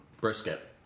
brisket